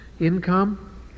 income